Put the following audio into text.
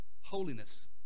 holiness